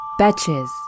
Batches